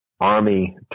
army